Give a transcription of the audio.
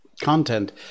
content